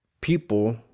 people